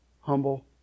humble